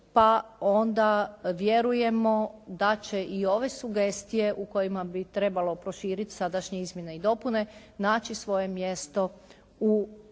pa onda vjerujemo da će i ove sugestije u kojima bi trebalo proširit sadašnje izmjene i dopune, naći svoje mjesto u novom